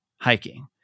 hiking